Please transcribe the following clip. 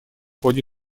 ходе